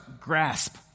grasp